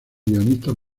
guionistas